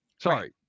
Sorry